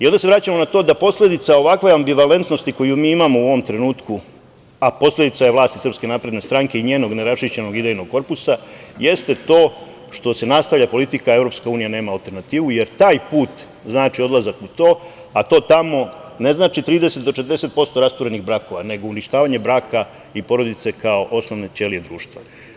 Onda se vraćamo na to da posledica ovakve ambivalentnosti koju mi imamo u ovom trenutku, a posledica je vlasti SNS i njenog ne raščišćenog idejnog korpusa jeste to što se nastavlja politika EU nema alternativu, jer taj put znači odlazak u to, a to tamo ne znači 30-40% rasturenih brakova, nego uništavanje braka i porodice kao osnovne ćelije društva.